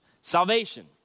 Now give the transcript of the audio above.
salvation